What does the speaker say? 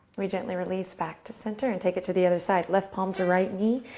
we gently release back to center and take it to the other side left palm to right knee,